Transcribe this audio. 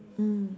mm